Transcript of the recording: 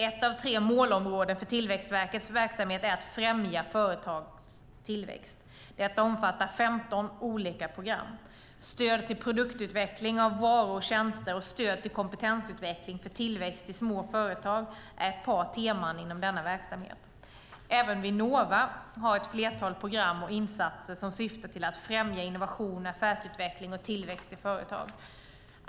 Ett av tre målområden för Tillväxtverkets verksamhet är att främja företags tillväxt. Detta omfattar 15 olika program. Stöd till produktutveckling av varor och tjänster och stöd till kompetensutveckling för tillväxt i småföretag är ett par teman inom denna verksamhet. Även Vinnova har ett flertal program och insatser som syftar till att främja innovation, affärsutveckling och tillväxt i företag.